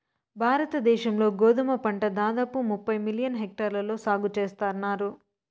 భారత దేశం లో గోధుమ పంట దాదాపు ముప్పై మిలియన్ హెక్టార్లలో సాగు చేస్తన్నారు